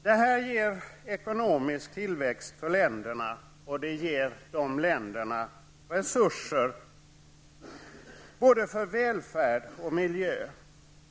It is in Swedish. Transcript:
Detta ger länder ekonomisk tillväxt och resurser både för välfärd och för miljö.